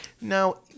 Now